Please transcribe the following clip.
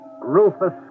Rufus